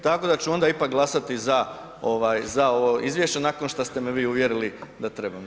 Tako da ću onda ipak glasati za ovo izvješće nakon što ste me vi uvjereili da trebam.